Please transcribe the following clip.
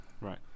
Right